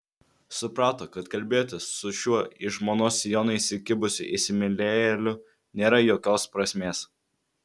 suprato kad kalbėtis su šiuo į žmonos sijoną įsikibusiu įsimylėjėliu nėra jokios prasmės